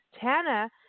Tana